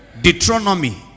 Deuteronomy